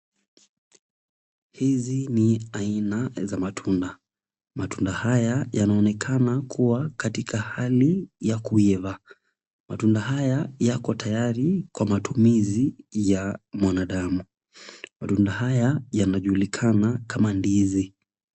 Hizi ni aina za matunda. Matunda haya yanaonekana kuwa katika hali ya kuiva. Matunda haya yako tayari kwa matumizi ya mwanadamu. Matunda haya yanajulikana kama ndizi.